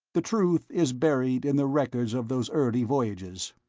the truth is buried in the records of those early voyages.